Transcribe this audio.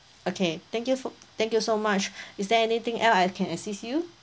okay thank you fo~ thank you so much is there anything else I can assist you